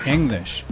English